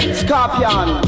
scorpion